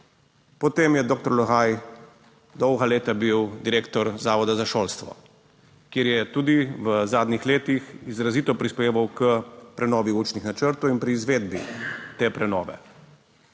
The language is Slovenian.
Potem je dr. Logaj dolga leta bil direktor Zavoda za šolstvo, kjer je tudi v zadnjih letih izrazito prispeval k prenovi učnih načrtov in pri izvedbi te prenove.